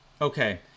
Okay